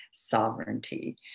Sovereignty